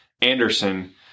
Anderson